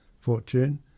Fortune